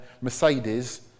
Mercedes